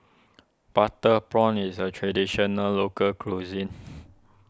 Butter Prawns is a Traditional Local Cuisine